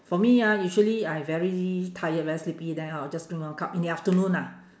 for me ah usually I very tired very sleepy then I will just drink one cup in the afternoon lah